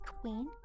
queen